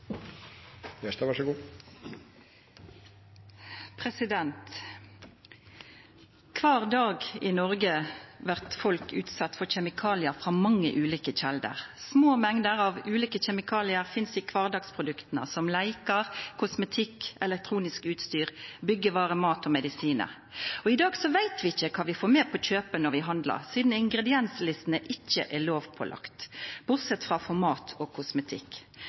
for kjemikaliar frå mange ulike kjelder. Små mengder av ulike kjemikaliar finst i kvardagsprodukt som leiker, kosmetikk, elektronisk utstyr, byggevarer, mat og medisinar. I dag veit vi ikkje kva vi får med på kjøpet når vi handlar, sidan ingredienslister ikkje er lovpålagde – når ein ser bort frå for mat og kosmetikk.